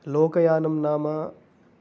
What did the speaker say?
लोकयानं नाम